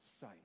sight